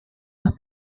más